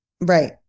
Right